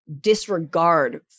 Disregard